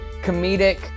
comedic